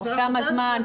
תוך כמה זמן?